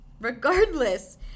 Regardless